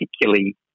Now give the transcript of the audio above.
particularly